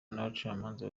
n’abacamanza